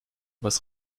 was